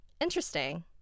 Interesting